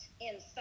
inside